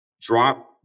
drop